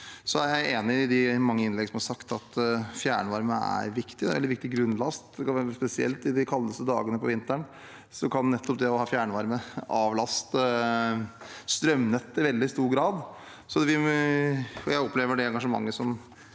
Jeg er enig i de mange innleggene der man har sagt at fjernvarme er en viktig grunnlast. Spesielt på de kaldeste dagene på vinteren kan nettopp det å ha fjernvarme avlaste strømnettet i veldig stor grad. Jeg deler engasjementet som